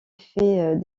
fait